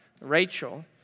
Rachel